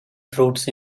fruits